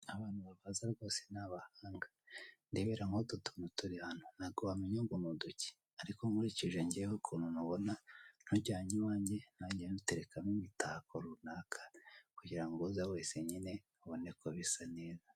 Abantu babaza rwose ni abahanga! Ndebere nk'utu tuntu turi hano ntago wamenya ngo ni uduki ariko nkurikije ngewe ukuntu ntubona ntujyanye iwange najya ntuterekamo imitako runaka kugira ngo uza wese nyine abone ko bisa neza.